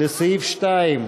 לסעיף 2,